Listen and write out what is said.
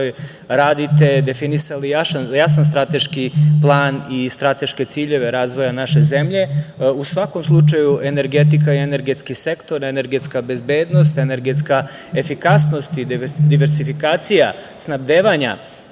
radite, definisali jasan strateški plan i strateške ciljeve razvoja naše zemlje.U svakom slučaju, energetika, energetski sektor, energetska bezbednost, energetska efikasnost i diversifikacija snabdevanja